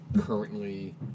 currently